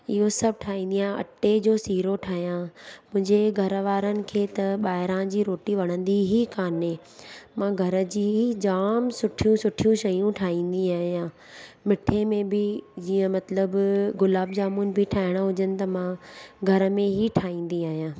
इहो सभु ठाहींदी आहियां अटे जो सीरो ठाहियां मुंहिंजे घर वारनि खे त ॿाहिरां जी रोटी वणंदी ई काने मां घर जी ई जाम सुठियूं सुठियूं शयूं ठाहींदी आहियां मिठे में बि जीअं मतिलबु गुलाब जामुन बि ठाहिणा हुजनि त मां घर में ई ठाहींदी आहियां